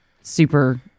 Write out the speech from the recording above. super